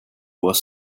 was